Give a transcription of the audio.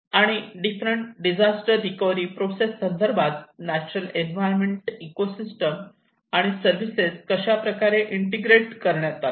आणि different disaster recovery process संदर्भात natural environment ecosystem आणि सर्विसेस कशाप्रकारे इंटिग्रेट करण्यात आल्या